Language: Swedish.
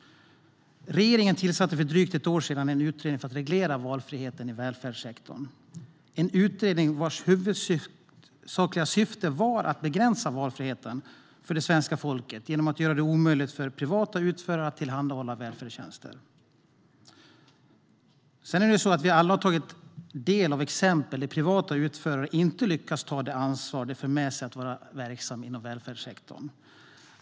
Regeringen tillsatte för drygt ett år sedan en utredning för att reglera valfriheten i välfärdssektorn. Det var en utredning vars huvudsakliga syfte var att begränsa valfriheten för svenska folket genom att göra det omöjligt för privata utförare att tillhandahålla välfärdstjänster. Vi har alla tagit del av exempel där privata utförare inte har lyckats ta det ansvar som det för med sig att vara verksam inom välfärdssektorn.